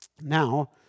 Now